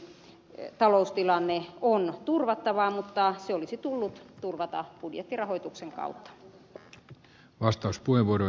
toki yliopistojen taloustilanne on turvattava mutta se olisi tullut turvata budjettirahoituksen kautta